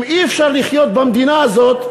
אם אי-אפשר לחיות במדינה הזאת,